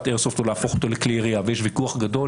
איירסופט או להפוך אותו לכלי ירייה ויש ויכוח גדול